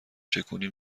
چکونی